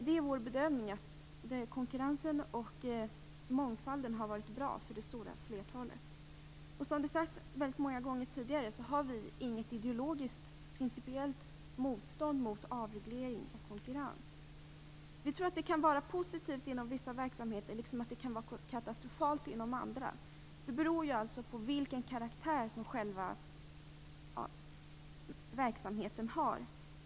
Det är vår bedömning att konkurrensen och mångfalden har varit bra för det stora flertalet. Som vi tidigare många gånger har sagt har vi inget ideologiskt principiellt motstånd mot avreglering och konkurrens. Vi tror att det kan vara positivt inom vissa verksamheter samtidigt som det kan vara katastrofalt inom andra. Det beror på vilken karaktär som verksamheten har.